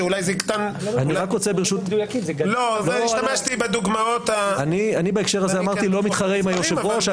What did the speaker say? שאולי זה יקטן --- אמרתי שאני בהקשר הזה לא מתחרה עם היושב-ראש,